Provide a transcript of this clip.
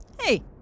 Hey